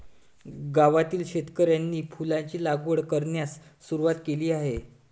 गावातील शेतकऱ्यांनी फुलांची लागवड करण्यास सुरवात केली आहे